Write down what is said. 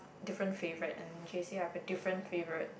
different favourite and J_C I have a different favourite